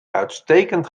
uitstekend